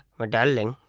my darling!